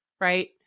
right